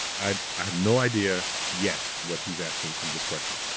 i have no idea yet what he's asking in this question.